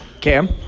cam